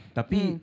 tapi